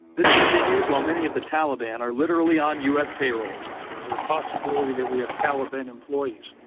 this continues while many of the taliban are literally on u s. payrolls. is there a possibility that we have taliban employees?